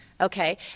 okay